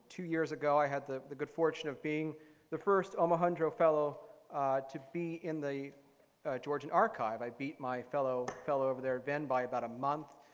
two years ago i had the the good fortune of being the first omohundro fellow to be in the georgian archive. i beat my fellow fellow over there by about a month.